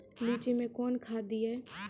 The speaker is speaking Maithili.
लीची मैं कौन खाद दिए?